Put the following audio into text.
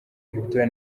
victoire